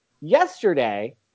yesterday